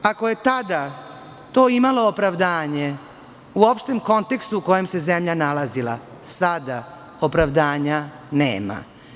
Ako je tada to imalo opravdanje u opštem kontekstu u kojem se zemlja nalazila, sada opravdanja nema.